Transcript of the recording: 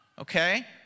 Okay